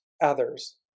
others